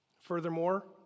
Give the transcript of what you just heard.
Furthermore